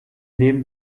nehmen